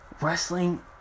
Wrestling